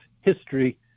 history